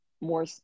More